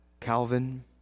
Calvin